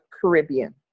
Caribbean